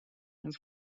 his